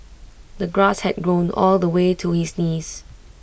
the grass had grown all the way to his knees